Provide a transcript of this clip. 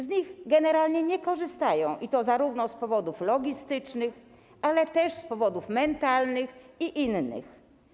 Z nich generalnie nie korzystają, i to zarówno z powodów logistycznych, ale też z powodów mentalnych i innych.